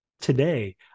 today